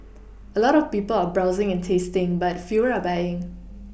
a lot of people are browsing and tasting but fewer are buying